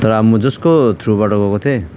तर अब म जसको थ्रुबाट गएको थिएँ